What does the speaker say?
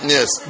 Yes